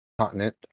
continent